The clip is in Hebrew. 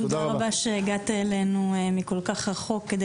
תודה רבה שהגעת אלינו מכל כך רחוק כדי